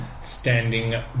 Standing